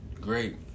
great